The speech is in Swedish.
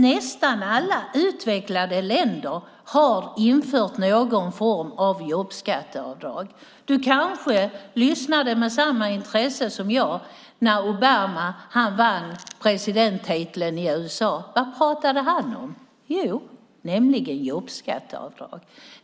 Nästan alla utvecklade länder har infört någon form av jobbskatteavdrag. Du kanske lyssnade med samma intresse som jag när Obama vann presidenttiteln i USA. Vad pratade han om? Jo, jobbskatteavdrag!